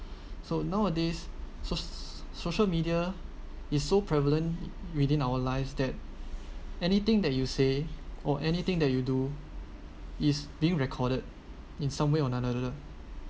so nowadays soc~ social media is so prevalent within our lives that anything that you say or anything that you do is being recorded in some way or another